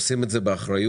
עושים את זה באחריות,